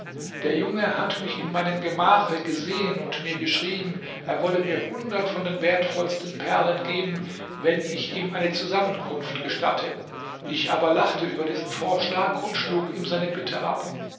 der junge hat mich in meinem gemache gesehen und mir geschrieben er wolle mir hundert von den wertvollsten perlen geben wenn ich ihm eine zusammenkunft gestatte ich aber lachte über diesen vorschlag und schlug ihm seine bitte ab